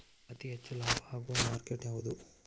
ಅತಿ ಹೆಚ್ಚು ಲಾಭ ಆಗುವ ಮಾರ್ಕೆಟ್ ಯಾವುದು?